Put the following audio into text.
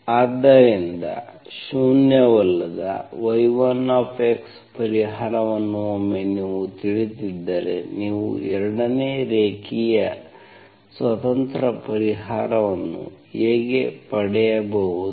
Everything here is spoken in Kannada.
ಆದ್ದರಿಂದ ಶೂನ್ಯವಲ್ಲದ y1 ಪರಿಹಾರವನ್ನು ಒಮ್ಮೆ ನೀವು ತಿಳಿದಿದ್ದರೆ ನೀವು 2ನೇ ರೇಖೀಯ ಸ್ವತಂತ್ರ ಪರಿಹಾರವನ್ನು ಹೇಗೆ ಪಡೆಯಬಹುದು